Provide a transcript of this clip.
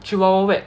去 wild wild wet